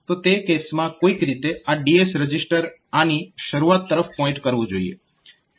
તો તે કેસમાં કોઈક રીતે આ DS રજીસ્ટર આની શરૂઆત તરફ પોઇન્ટ કરવું જોઈએ